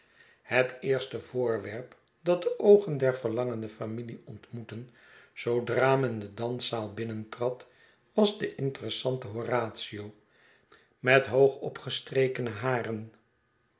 het eerste voorwerp dat de oogen der verlangende familie ontmoetten zoodra men de danszaa binnentrad was de interessante horatio met hoogopgestrekene haren